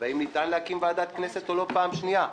והאם ניתן להקים ועדת כנסת או לא, פעם שנייה.